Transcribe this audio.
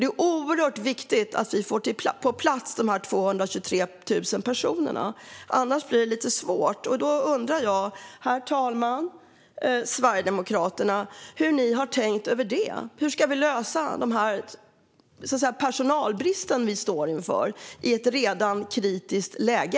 Det är oerhört viktigt att vi får dessa 223 000 personer på plats. Annars blir det svårt. Därför undrar jag, herr talman, hur Sverigedemokraterna har tänkt om detta. Hur ska vi lösa den personalbrist vi står inför? Vi har ju redan ett kritiskt läge.